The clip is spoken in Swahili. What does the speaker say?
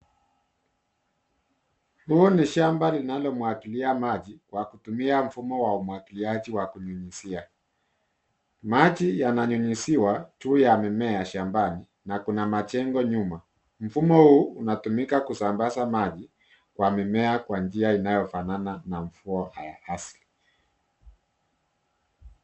Hii ni shamba linalomwangilia maji, kwa kutumia mfumo wa umwangiliaji wa kunyunyizia. Maji yananyunyiziwa, juu ya mimea shambani, na kuna majengo nyuma. Mfumo huu, unatumika kusambaza maji, kwa mimea, kwa njia inayofanana na mfumo wa mvua haya hasi.